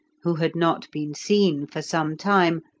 who had not been seen for some time,